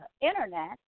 Internet